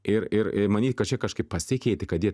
ir ir manyt čia kad kažkaip pasikeitė kad jie